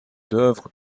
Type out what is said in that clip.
d’œuvres